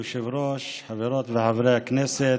אדוני היושב-ראש, חברות וחברי הכנסת,